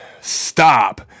Stop